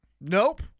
Nope